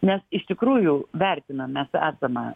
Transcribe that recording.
mes iš tikrųjų vertinam mes esamą